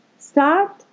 Start